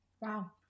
Wow